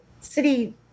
city